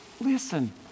listen